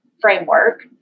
framework